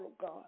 God